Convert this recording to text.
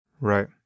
Right